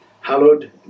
hallowed